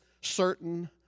certain